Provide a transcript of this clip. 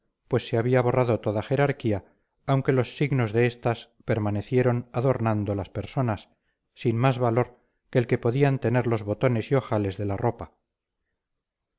pues se había borrado toda jerarquía aunque los signos de estas permanecieran adornando las personas sin más valor que el que podrían tener los botones y ojales de la ropa